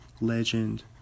legend